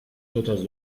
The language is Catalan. totes